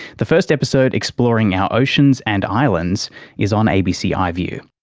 the first episode exploring our oceans and islands is on abc ah iview